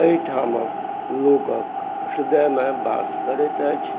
एहिठामक लोकक हृदयमे बास करैत अछि